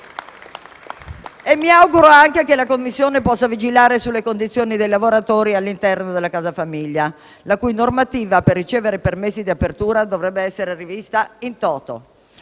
E mi auguro anche che la Commissione possa vigilare sulle condizioni dei lavoratori all'interno della casa famiglia, la cui normativa per ricevere permessi di apertura dovrebbe essere rivista *in toto*.